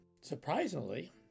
surprisingly